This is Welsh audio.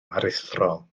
aruthrol